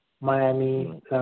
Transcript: Miami